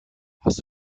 hast